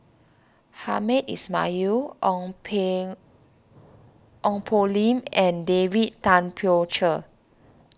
Hamed Ismail Ong ping Ong Poh Lim and David Tay Poey Cher